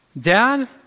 Dad